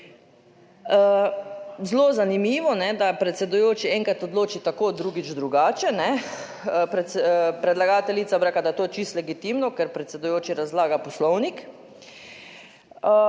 Zelo zanimivo, da predsedujoči enkrat odloči tako, drugič drugače, predlagateljica bi rekla, da je to čisto legitimno, ker predsedujoči razlaga Poslovnik,